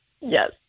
Yes